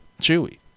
Chewie